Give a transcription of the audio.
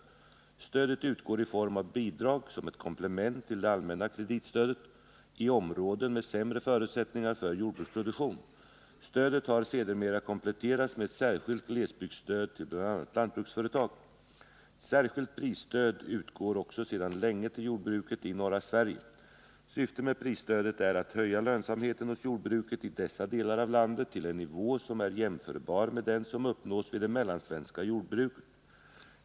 Stödet utgår i form av bidrag — som ett komplement till det allmänna kreditstödet — i områden med sämre förutsättningar för jordbruksproduktion. Stödet har sedermera kompletterats med ett särskilt glesbygdsstöd till bl.a. lantbruksföretag. Ett särskilt prisstöd utgår också sedan länge till jordbruket i norra Sverige. Syftet med prisstödet är att höja lönsamheten hos jordbruket i dessa delar av landet till en nivå som är jämförbar med den som uppnås vid det mellansvenska jordbruket.